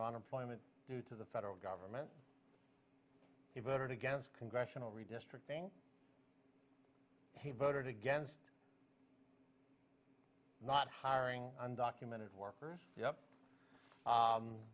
unemployment due to the federal government he voted against congressional redistricting he voted against not hiring undocumented workers yep